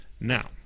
Now